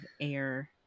air